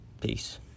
peace